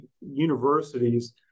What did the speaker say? universities